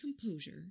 composure